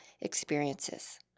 experiences